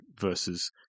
versus